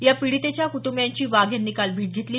या पीडितेच्या कुटंबियांची वाघ यांनी काल भेट घेतली